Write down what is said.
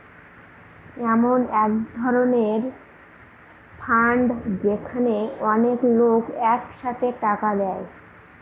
এমন এক ধরনের ফান্ড যেখানে অনেক লোক এক সাথে টাকা দেয়